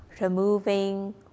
removing